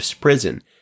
prison